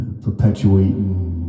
perpetuating